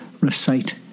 recite